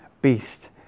beast